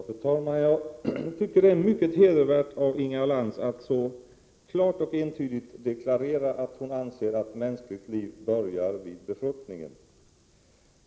Fru talman! Jag tycker det är mycket hedervärt av Inga Lantz att så klart och entydigt deklarera att mänskligt liv börjar vid befruktningen.